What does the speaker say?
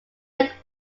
lake